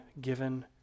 given